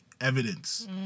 evidence